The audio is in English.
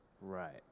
Right